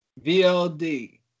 VLD